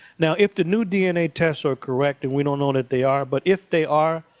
now, if the new dna tests are correct, and we don't know that they are. but if they are,